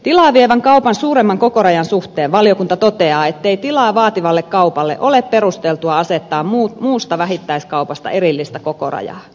tilaa vievän kaupan suuremman kokorajan suhteen valiokunta toteaa ettei tilaa vaativalle kaupalle ole perusteltua asettaa muusta vähittäiskaupasta erillistä kokorajaa